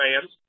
fans